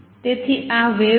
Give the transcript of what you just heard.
તેથી આ વેવ્સ છે